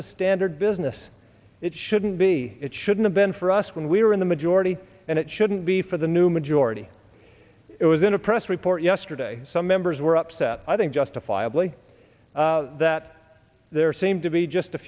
is standard business it shouldn't be it shouldn't have been for us when we were in the majority and it shouldn't be for the new majority it was in a press report yesterday some members were upset i think justifiably that there seemed to be just a